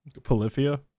polyphia